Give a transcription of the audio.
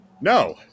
No